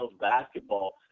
basketball